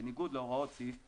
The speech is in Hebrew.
בניגוד להוראות סעיף 9(ב)".